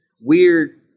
weird